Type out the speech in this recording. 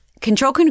Control